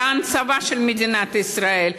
הצבא של מדינת ישראל,